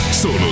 Solo